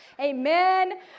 amen